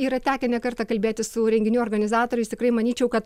yra tekę ne kartą kalbėtis su renginių organizatoriais tikrai manyčiau kad